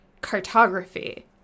cartography